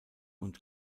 und